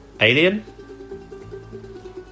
Alien